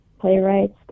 playwrights